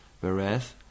whereas